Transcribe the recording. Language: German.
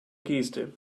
geste